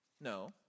No